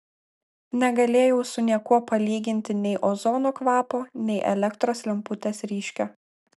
negalėjau su niekuo palyginti nei ozono kvapo nei elektros lemputės ryškio